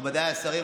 מכובדיי השרים,